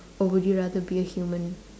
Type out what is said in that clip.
or would you rather be a human